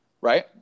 right